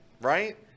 right